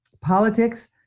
politics